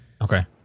okay